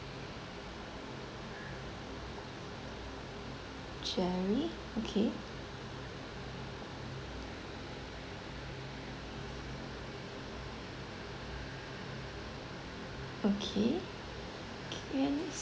jerry okay okay appearance